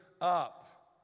up